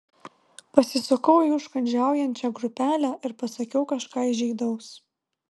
pasisukau į užkandžiaujančią grupelę ir pasakiau kažką įžeidaus